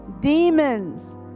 demons